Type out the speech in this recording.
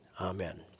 Amen